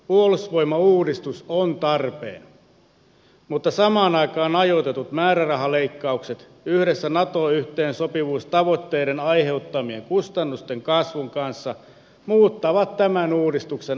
puolustusvoimauudistus on tarpeen mutta samaan aikaan ajoitetut määrärahaleikkaukset yhdessä nato yhteensopivuustavoitteiden aiheuttamien kustannusten kasvun kanssa muuttavat tämän uudistuksen alasajoksi